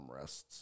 armrests